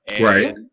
Right